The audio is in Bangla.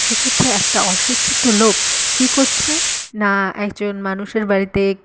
সেক্ষেত্রে একটা অশিক্ষিত লোক কী করছে না একজন মানুষের বাড়িতে